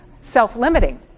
self-limiting